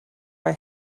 mae